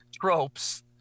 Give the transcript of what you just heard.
tropes